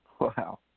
wow